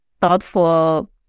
thoughtful